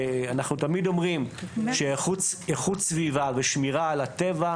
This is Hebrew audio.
אנחנו תמיד אומרים שאיכות סביבה ושמירה על הטבע,